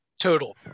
total